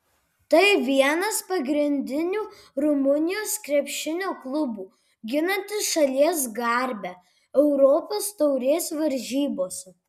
tai vienas pagrindinių rumunijos krepšinio klubų ginantis šalies garbę europos taurės varžybose